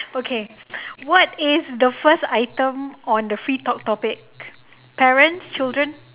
okay what is the first item on the free talk topic parents children